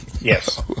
Yes